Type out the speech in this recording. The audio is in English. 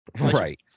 Right